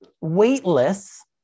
weightless